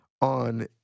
on